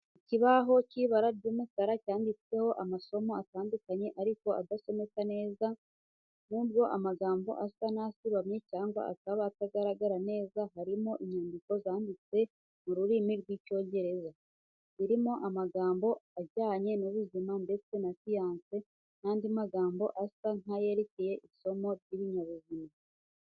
Ikibaho cy'ibara ry'umweru cyanditseho amasomo atandukanye ariko adasomeka neza. Nubwo amagambo asa n’ayasibamye cyangwa akaba atagaragara neza, harimo inyandiko zanditse mu rurimi rw’cIyongereza, zirimo amagambo ajyanye n’ubuzima ndetse na siyansi n’andi magambo asa nk’ayerekeye isomo ry’ibinyabuzima.